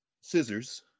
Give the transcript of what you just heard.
scissors